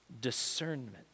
Discernment